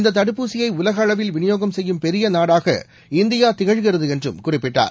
இந்த தடுப்பூசியை உலக அளவில் விநியோகம் செய்யும் பெரிய நாடாக இந்தியா திகழ்கிறது என்றும் குறிப்பிட்டார்